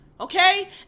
okay